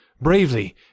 bravely